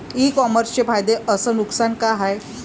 इ कामर्सचे फायदे अस नुकसान का हाये